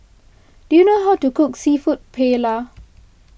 do you know how to cook Seafood Paella